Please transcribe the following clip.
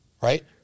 Right